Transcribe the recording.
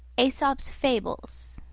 aesop's fables